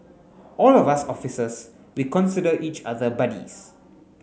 all of us officers we consider each other buddies